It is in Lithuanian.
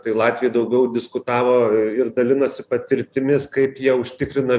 tai latviai daugiau diskutavo ir dalinosi patirtimis kaip jie užtikrina